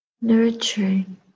nurturing